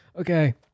okay